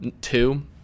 two